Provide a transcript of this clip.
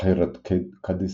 "בחירת קדיס"